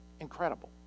incredible